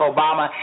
Obama